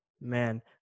Man